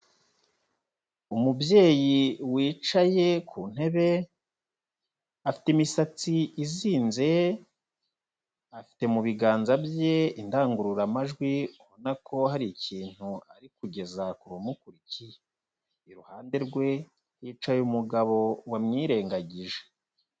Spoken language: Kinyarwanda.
Umubyeyi wicaye ku ntebe, afite imisatsi izinze, afite mu biganza bye indangururamajwi ubona ko hari ikintu ari kugeza ku bamukurikiye, iruhande rwe hicaye umugabo wamwirengagije.